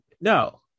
no